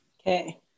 Okay